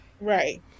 Right